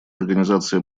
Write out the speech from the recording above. организации